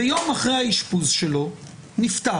ויום אחרי האשפוז שלו נפטר?